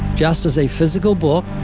just as a physical book,